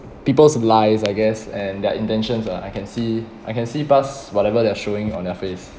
people's lies I guess and their intentions ah I can see I can see plus whatever they're showing on their face